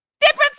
Different